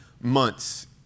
months